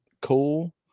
cool